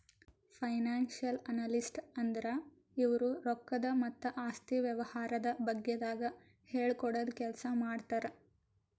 financial analyst ಅಂದ್ರ ಇವ್ರು ರೊಕ್ಕದ್ ಮತ್ತ್ ಆಸ್ತಿ ವ್ಯವಹಾರದ ಬಗ್ಗೆದಾಗ್ ಹೇಳ್ಕೊಡದ್ ಕೆಲ್ಸ್ ಮಾಡ್ತರ್